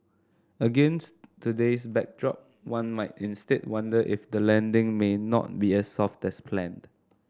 against today's backdrop one might instead wonder if the landing may not be as soft as planned